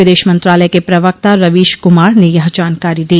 विदेश मंत्रालय के प्रवक्ता रवीश कुमार ने यह जानकारी दी